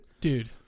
dude